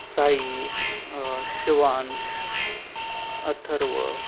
Sai Shivansh Atharva